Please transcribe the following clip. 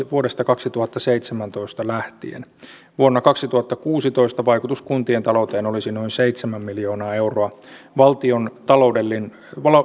vuodesta kaksituhattaseitsemäntoista lähtien vuonna kaksituhattakuusitoista vaikutus kuntien talouteen olisi noin seitsemän miljoonaa euroa valtiontaloudellisia